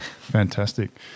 Fantastic